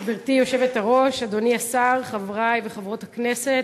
גברתי היושבת-ראש, אדוני השר, חברי וחברות הכנסת,